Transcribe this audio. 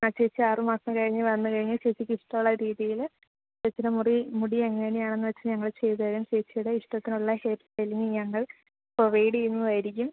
ആ ചേച്ചി ആറു മാസം കഴിഞ്ഞ് വന്നു കഴിഞ്ഞ് ചേച്ചിക്ക് ഇഷ്ടമുള്ള രീതിയില് ചേച്ചിയുടെ മുറി മുടി എങ്ങനെയാണെന്നുവച്ചാല് ഞങ്ങൾ ചെയ്തു തരും ചേച്ചിയുടെ ഇഷ്ടത്തിനുള്ള ഹെയർ സ്റ്റൈലിങ് ഞങ്ങൾ പ്രൊവൈഡേയ്യുന്നതായിരിക്കും